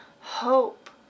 hope